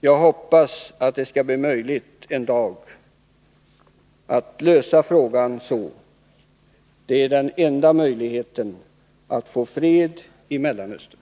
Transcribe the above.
Jag hoppas att det en dag skall bli möjligt att lösa frågan så. Det är det enda sättet att få fred i Mellanöstern.